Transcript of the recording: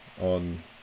on